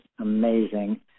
amazing